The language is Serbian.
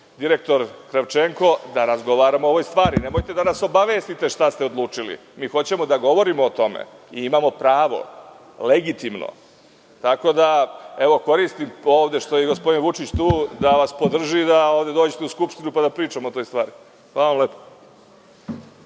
direktor Kravčenko, da razgovaramo o ovoj stvari. Nemojte da nas obavestite šta ste odlučili. Mi hoćemo da govorimo o tome i imamo pravo, legitimno. Koristim što je gospodin Vučić tu da vas podrži da dođete ovde u Skupštinu pa da pričamo o toj stvari. Hvala lepo.